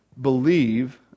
believe